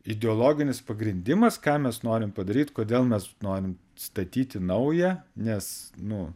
ideologinis pagrindimas ką mes norim padaryt kodėl mes norim statyti naują nes nu